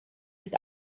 ist